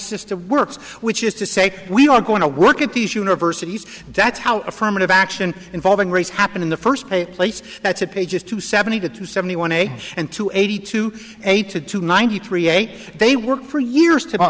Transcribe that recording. system works which is to say we are going to work at these universities that's how affirmative action involving race happen in the first place that's a pages two seventy two seventy one a and two eighty two eighty two ninety three eight they worked for years t